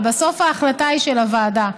אבל בסוף ההחלטה היא של הוועדה.